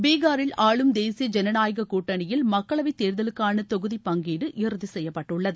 பீகாரில் ஆளும் தேசிய ஜனநாயக கூட்டணியில் மக்களவை தேர்தலுக்கான தொகுதிப் பங்கீடு இறுதி செய்யப்பட்டுள்ளது